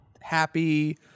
happy